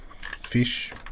fish